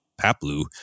Paplu